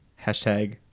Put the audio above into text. hashtag